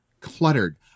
cluttered